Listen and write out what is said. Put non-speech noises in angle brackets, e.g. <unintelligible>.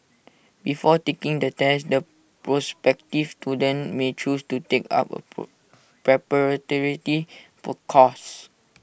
before taking the test the prospective students may choose to take up A per <unintelligible> course